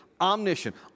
omniscient